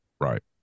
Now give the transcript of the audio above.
Right